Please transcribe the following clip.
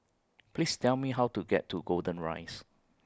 Please Tell Me How to get to Golden Rise